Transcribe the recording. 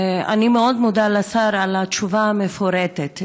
אני מאוד מודה לשר על התשובה המפורטת.